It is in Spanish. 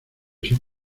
son